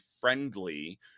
friendly